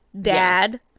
dad